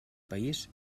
país